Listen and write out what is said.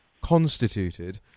constituted